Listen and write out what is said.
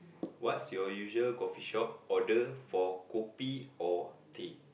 what's your usual coffee shop order for kopi or tea